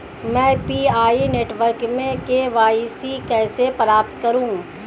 मैं PI network में KYC कैसे प्राप्त करूँ?